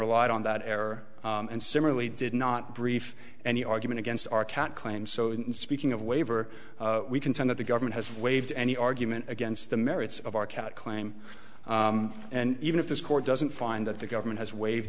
relied on that error and similarly did not brief any argument against our can't claim so in speaking of waiver we contend that the government has waived any argument against the merits of our cat claim and even if this court doesn't find that the government has waive